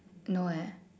no eh